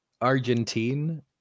Argentine